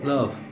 Love